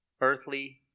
earthly